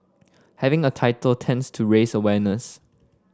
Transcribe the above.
having a title tends to raise awareness